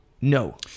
No